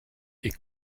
est